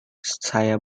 saya